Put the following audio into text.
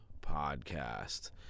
Podcast